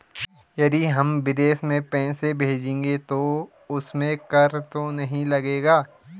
यदि हम विदेश में पैसे भेजेंगे तो उसमें कर तो नहीं लगेगा?